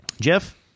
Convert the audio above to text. Jeff